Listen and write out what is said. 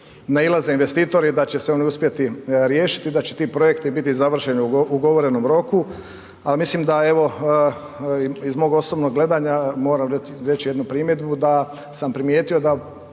nailaze investitori, da će se oni uspjeti riješiti i da će ti projekti biti završeni u ugovorenom roku, a mislim da evo iz mog osobnog gledanja, moram reći jednu primjedbu da sam primijetio da